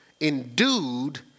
endued